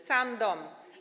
Sam dom.